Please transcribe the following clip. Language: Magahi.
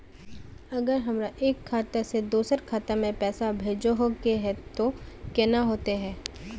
अगर हमरा एक खाता से दोसर खाता में पैसा भेजोहो के है तो केना होते है?